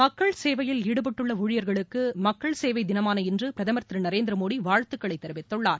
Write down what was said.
மக்கள் சேவையில் ஈடுபட்டுள்ள ஊழியர்களுக்கு மக்கள் சேவை தினமான இன்று பிரதமர் திரு நரேந்திரமோடி வாழ்த்துக்களை தெரிவித்துள்ளார்